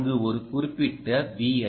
அங்கு ஒரு குறிப்பிட்ட Vi